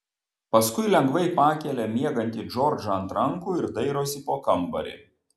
paskui lengvai pakelia miegantį džordžą ant rankų ir dairosi po kambarį